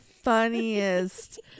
Funniest